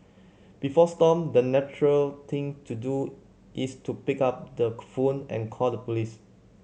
before Stomp the natural thing to do is to pick up the phone and call the police